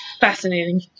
Fascinating